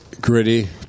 Gritty